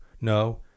no